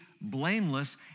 blameless